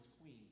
queen